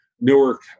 Newark